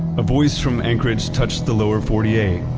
a voice from anchorage touched the lower forty eight.